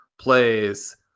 plays